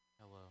Hello